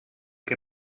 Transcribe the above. que